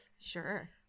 Sure